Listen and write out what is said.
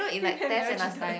never cheated